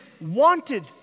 wanted